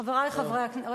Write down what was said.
חברי חברי הכנסת, טוב.